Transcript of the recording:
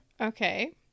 Okay